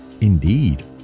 Indeed